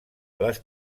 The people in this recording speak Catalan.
les